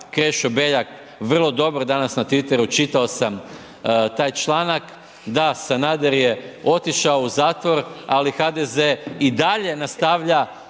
Krešo Beljak, vrlo dobro danas na Twitteru čitao sam taj članak da Sanader je otišao u zatvor, ali HDZ i dalje nastavlja